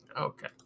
Okay